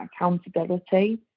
accountability